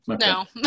no